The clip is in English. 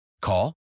Call